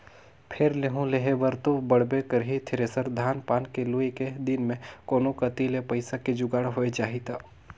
फेर लेहूं लेहे बर तो पड़बे करही थेरेसर, धान पान के लुए के दिन मे कोनो कति ले पइसा के जुगाड़ होए जाही त